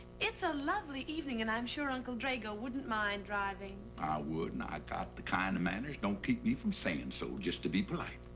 it's a lovely evening, and i'm sure uncle drago wouldn't mind driving. i would, and i got the kind of manners don't keep me from saying so. just to be polite.